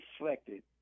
reflected